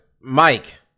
Mike